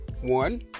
one